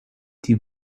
die